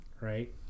right